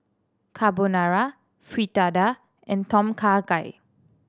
Carbonara Fritada and Tom Kha Gai